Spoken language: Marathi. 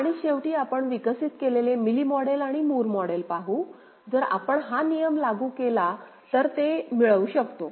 आणि शेवटी आपण विकसित केलेले मिली मॉडेल आणि मूर मॉडेल पाहू जर आपण हा नियम लागू केला तर ते मिळवू शकतो